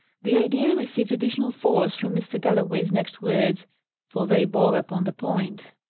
the idea received additional force from mr. galloway's next words for they bore upon the point.